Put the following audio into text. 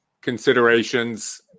considerations